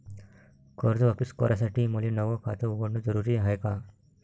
कर्ज वापिस करासाठी मले नव खात उघडन जरुरी हाय का?